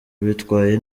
bitwaye